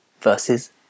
versus